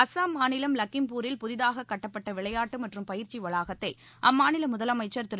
அஸ்ஸாம் மாநிலம் லக்கிம்பூரில் புதிதாக கட்டப்பட்ட விளையாட்டு மற்றும் பயிற்சி வளாகத்தை அம்மாநில முதலமைச்சர் திரு